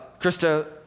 Krista